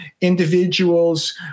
individuals